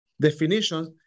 definitions